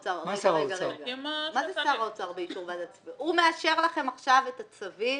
הוא מאשר לכם עכשיו את הצווים.